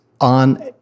on